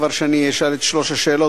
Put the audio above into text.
אני כבר אשאל את שלוש השאלות,